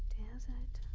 damn it!